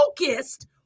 focused